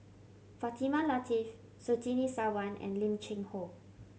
Fatimah Lateef Surtini Sarwan and Lim Cheng Hoe